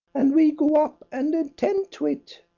and we go up and attend to it.